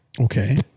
Okay